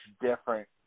different